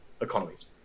economies